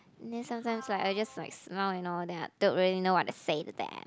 then sometimes like I just like snore and all that I don't really what to say to them